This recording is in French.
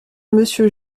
monsieur